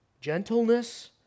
gentleness